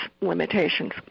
limitations